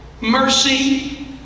Mercy